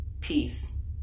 peace